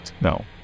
No